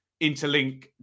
interlink